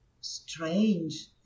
strange